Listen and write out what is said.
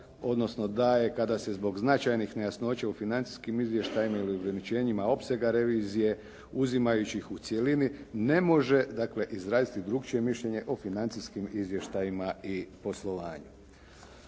odnosno daje kada se zbog značajnih nejasnoća u financijskim izvještajima ili u ograničenjima opsega revizije uzimajući ih u cjelini ne može izraziti drugačije mišljenje o financijskim izvještajima i poslovanju.